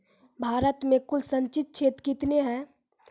भारत मे कुल संचित क्षेत्र कितने हैं?